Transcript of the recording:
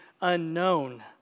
unknown